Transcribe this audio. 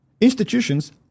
institutions